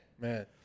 Man